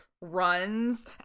runs